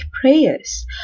prayers